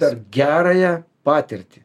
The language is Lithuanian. per gerąją patirtį